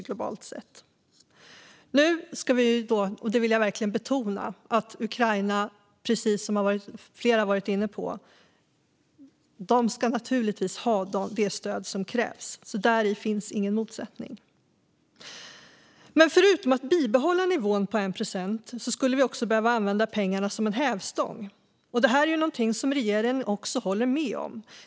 Jag vill verkligen betona att Ukraina, som flera har varit inne på, naturligtvis ska ha det stöd som krävs. Där finns ingen motsättning. Förutom att bibehålla nivån på 1 procent skulle vi också behöva använda pengarna som en hävstång. Detta är något som regeringen också håller med om.